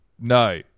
No